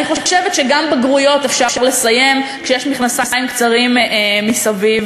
אני חושבת שגם בגרויות אפשר לסיים כשיש מכנסיים קצרים מסביב.